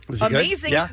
amazing